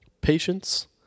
patience